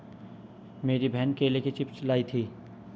मेरी बहन केले के चिप्स लाई थी